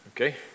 Okay